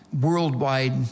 worldwide